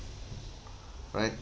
right